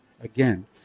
Again